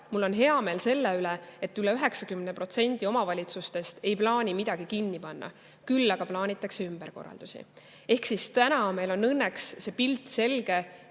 mul on hea meel selle üle, et üle 90% omavalitsustest ei plaani midagi kinni panna, küll aga plaanitakse ümberkorraldusi. Ehk siis täna meil on õnneks see pilt selge,